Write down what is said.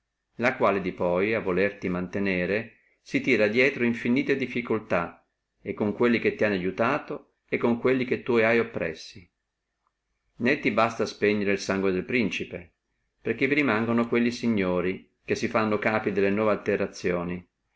la quale di poi a volerti mantenere si tira drieto infinite difficultà e con quelli che ti hanno aiutato e con quelli che tu hai oppressi né ti basta spegnere el sangue del principe perché vi rimangono quelli signori che si fanno capi delle nuove alterazioni